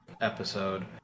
episode